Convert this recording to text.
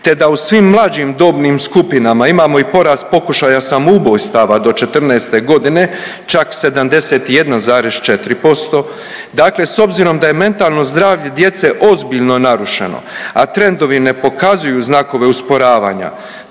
te da u svim mlađim dobnim skupinama imamo i porast pokušaja samoubojstava do 14. godine, čak 71,4%, dakle s obzirom da je mentalno zdravlje djece ozbiljno narušeno, a trendovi ne pokazuju znakove usporavanja